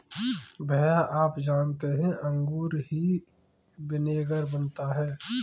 भैया आप जानते हैं अंगूर से ही विनेगर बनता है